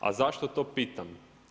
A zašto to pitam?